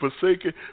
forsaken